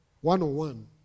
one-on-one